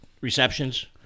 receptions